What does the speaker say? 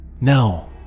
No